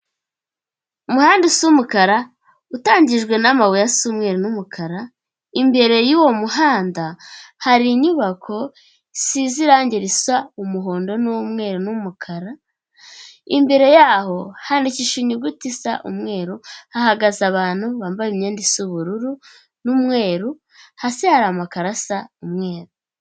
Umuhanda usa umukara, utangijwe n'amabuye asa umweru n'umukara, imbere y'uwo muhanda hari inyubako isize irangi risa umuhondo n'umweru n'umukara, imbere yaho handikishije inyuguti isa umweru, hahagaze abantu bambaye imyenda isa ubururu n'umweru, hasi hari amakaro asa umweru.